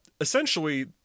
essentially